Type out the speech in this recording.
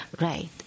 Right